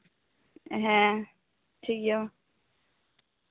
ᱦᱮᱸ ᱴᱷᱤᱠ ᱜᱮᱭᱟ ᱢᱟ